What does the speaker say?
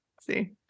See